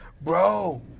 Bro